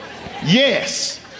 yes